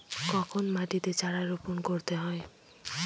কখন মাটিতে চারা রোপণ করতে হয়?